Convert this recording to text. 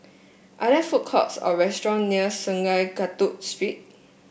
are there food courts or restaurant near Sungei Kadut Street